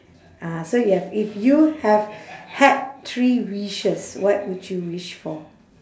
ah so you have if you have had three wishes what would you wish for